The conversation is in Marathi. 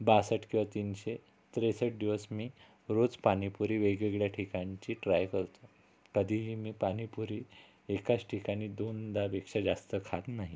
बासष्ट किंवा तीनशे त्रेसष्ट दिवस मी रोज पाणीपुरी वेगवेगळ्या ठिकाणची ट्राय करतो कधीही मी पाणीपुरी एकाच ठिकाणी दोनदापेक्षा जास्त खात नाही